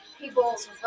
people's